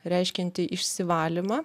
reiškianti išsivalymą